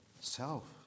Self